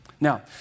Now